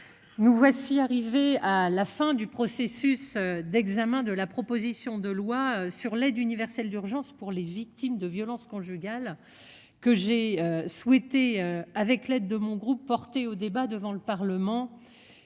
Nous voici arrivés à la fin du processus d'examen de la proposition de loi sur l'aide universelle d'urgence pour les victimes de violences conjugales que j'ai souhaité, avec l'aide de mon groupe porté au débat devant le Parlement